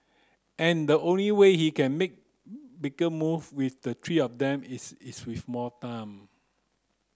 and the only way he can make bigger move with the three of them is is with more time